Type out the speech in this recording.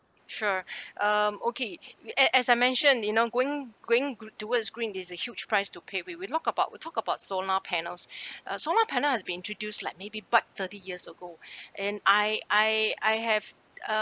sure um okay as I mentioned you know going going gr~ towards green is a huge price to pay when we look about we'll talk about solar panels uh solar panel has been introduced like maybe but thirty years ago and I I I have uh